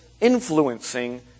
influencing